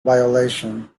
violation